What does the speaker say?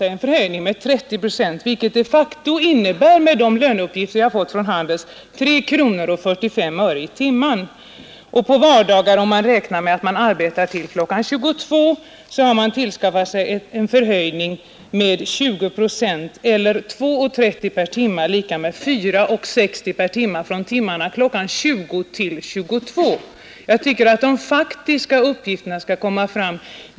12 och 13 eller från 70 procent till 100 procent, vilket enligt de löneuppgifter jag har fått från Handels de facto innebär 3 kronor och 45 öre. Om man vidare räknar med att man på vardagarna arbetar till kl. 22.00, får man på vardagarna från kl. 20 en förhöjning med 20 procent från 50 procent till 70 procent eller med 2:30 per timme och då 4:60 för timmarna mellan 20.00 och 22.00. Jag tycker att de faktiska uppgifterna skall komma fram i debatten här.